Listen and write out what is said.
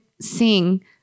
sing